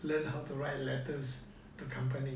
learn how to write letters to company